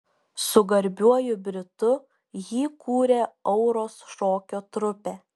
su garbiuoju britu jį kūrė auros šokio trupę